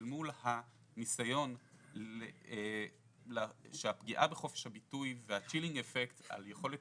אל מול הניסיון שהפגיעה בחופש הביטוי והאפקט המצנן על יכולת